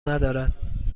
ندارد